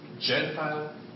Gentile